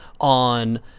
on